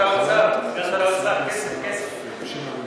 כסף, כסף.